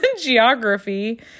geography